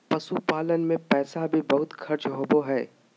पशुपालन मे पैसा भी बहुत खर्च होवो हय